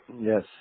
Yes